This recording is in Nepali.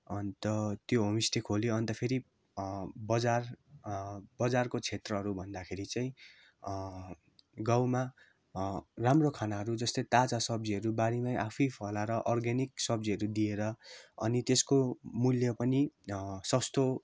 अन्त त्यो होम स्टे खोल्यो अन्त फेरि बजार बजारको क्षेत्रहरू भन्दाखेरि चाहिँ गाउँमा राम्रो खानाहरू जस्तै ताजा सब्जीहरू बारीमा आफैँ फलाएर अर्गेनिक सब्जीहरू दिएर अनि त्यसको मूल्य पनि सस्तो